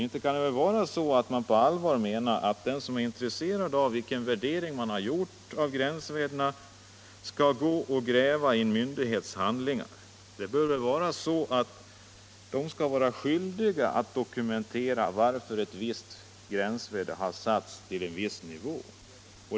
Inte kan det väl vara så att man på allvar menar att den som är intresserad av vilken värdering man har gjort av gränsvärdena skall gå och gräva i en myndighets handlingar? Det bör väl vara så att myndigheten skall vara skyldig att dokumentera varför ett visst gränsvärde har satts till en viss nivå.